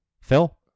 Phil